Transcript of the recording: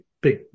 Big